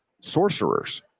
sorcerers